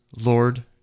Lord